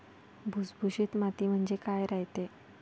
भुसभुशीत माती म्हणजे काय रायते?